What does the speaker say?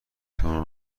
توانم